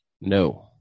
No